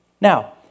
Now